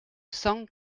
cent